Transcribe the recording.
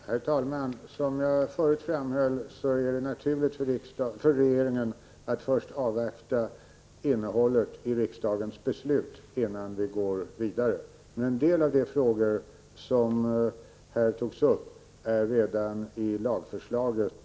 Herr talman! Som jag förut framhöll är det naturligt för regeringen att avvakta innehållet i riksdagens beslut, innan vi går vidare. Men en del av de frågor som här togs upp är behandlade redan i lagförslaget.